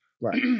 Right